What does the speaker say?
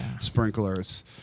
sprinklers